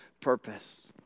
purpose